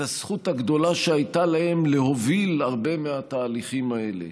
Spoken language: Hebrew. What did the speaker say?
את הזכות הגדולה שהייתה להם להוביל הרבה מהתהליכים האלה,